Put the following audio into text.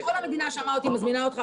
כל המדינה שמעה אותי מזמינה אותך